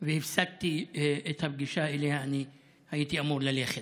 והפסדתי את הפגישה שאליה הייתי אמור ללכת.